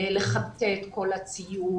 לחטא את כל הציוד,